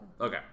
okay